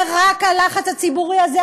ורק הלחץ הציבורי הזה,